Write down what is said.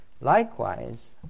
Likewise